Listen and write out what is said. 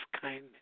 kindness